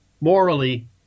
morally